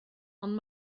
ond